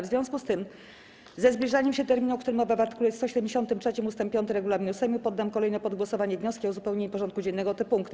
W związku ze zbliżaniem się terminu, o którym mowa w art. 173 ust. 5 regulaminu Sejmu, poddam kolejno pod głosowanie wnioski o uzupełnienie porządku dziennego o te punkty.